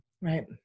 right